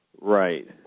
Right